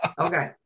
okay